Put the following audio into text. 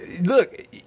look